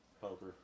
poker